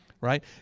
right